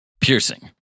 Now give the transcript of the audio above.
piercing